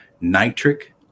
nitric